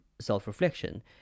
self-reflection